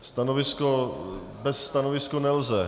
Stanovisko bez stanoviska nelze.